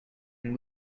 and